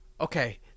Okay